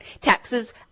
Taxes